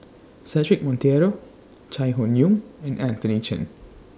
Cedric Monteiro Chai Hon Yoong and Anthony Chen